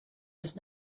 was